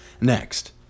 Next